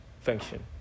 function